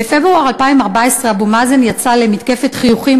בפברואר 2014 אבו מאזן יצא למתקפת חיוכים,